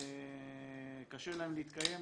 קשה להם להתקיים.